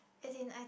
as in I